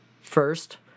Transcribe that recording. First